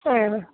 ആ